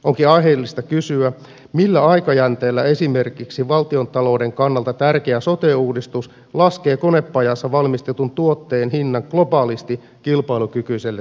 onkin aiheellista kysyä millä aikajänteellä esimerkiksi valtiontalouden kannalta tärkeä sote uudistus laskee konepajassa valmistetun tuotteen hinnan globaalisti kilpailukykyiselle tasolle